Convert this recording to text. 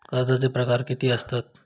कर्जाचे प्रकार कीती असतत?